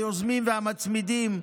היוזמים והמצמידים,